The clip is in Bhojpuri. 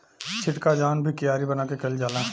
छिटका धान भी कियारी बना के कईल जाला